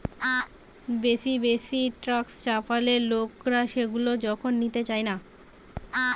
বেশি বেশি ট্যাক্স চাপালে লোকরা সেগুলা যখন দিতে চায়না